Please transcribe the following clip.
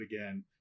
again